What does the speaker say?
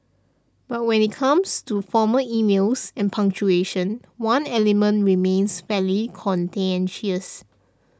but when it comes to formal emails and punctuation one element remains fairly contentious